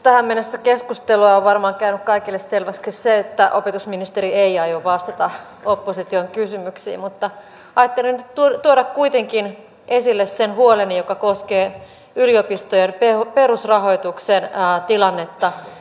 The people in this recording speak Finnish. tähän mennessä keskustelua on varmaan käynyt kaikille selväksi se että opetusministeri ei aio vastata opposition kysymyksiin mutta ajattelin nyt tuoda kuitenkin esille sen huoleni joka koskee yliopistojen perusrahoituksen tilannetta